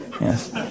Yes